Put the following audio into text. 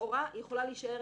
לכאורה יכולה להישאר